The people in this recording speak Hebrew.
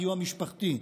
סיוע משפטי,